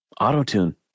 auto-tune